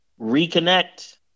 Reconnect